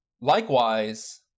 Likewise